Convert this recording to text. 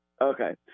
Okay